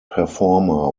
performer